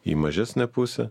į mažesnę pusę